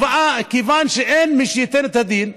כיוון שאין מי שייתן את הדין,